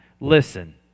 listen